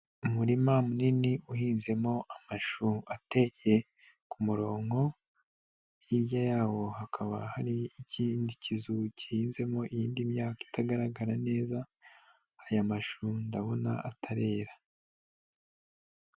Umurima munini uhinzemo amashu ateye ku murongo, hirya yawo hakaba hari ikindi kizu gihinzemo indi myaka itagaragara neza, aya mashu ndabona atarera.